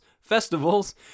festivals